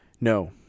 no